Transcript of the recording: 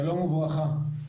שלום וברכה.